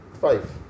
Five